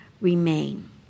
remain